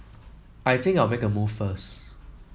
I think I'll make a move first